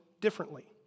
differently